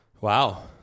Wow